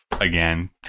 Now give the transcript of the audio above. again